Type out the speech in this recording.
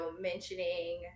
mentioning